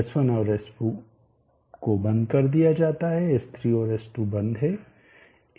S1और S4 को बंद कर दिया जाता है प्रोफेसर ने चालू के बजाय बंद कहा S3और S2 बंद हैं